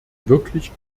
wirklich